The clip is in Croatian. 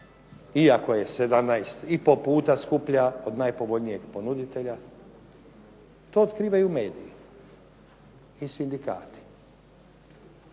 iako je 17 i pol puta skuplja od najpovoljnijeg ponuditelja. To otkrivaju mediji i sindikati.